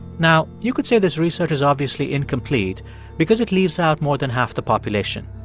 now, you could say this research is obviously incomplete because it leaves out more than half the population.